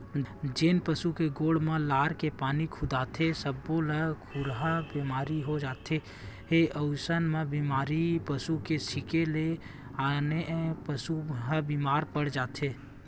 जेन पसु के गोड़ म लार के पानी खुंदाथे सब्बो ल खुरहा बेमारी हो जाथे अइसने बेमारी पसू के छिंके ले आने पसू ह बेमार पड़ जाथे